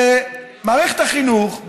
שמערכת החינוך,